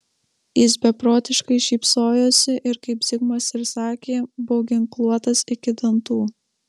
jis beprotiškai šypsojosi ir kaip zigmas ir sakė buvo ginkluotas iki dantų